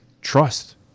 trust